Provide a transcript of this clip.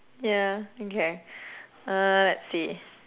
ya okay uh let's see